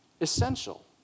essential